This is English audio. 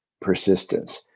persistence